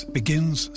begins